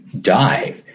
die